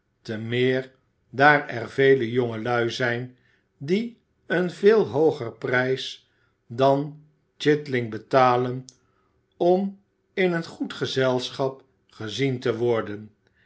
te meer daar er vele jongelui zijn die een veel hooger prijs dan chitling betalen om in een goed gezelschap gezien te worden